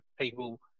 people